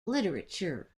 literature